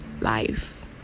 life